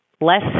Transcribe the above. less